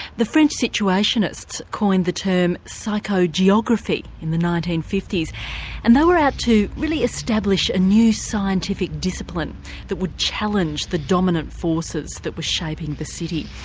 the french situationists coined the term psychogeography in the nineteen fifty s and they were out to really establish a new scientific discipline that would challenge the dominant forces that were shaping the city.